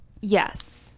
Yes